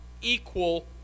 equal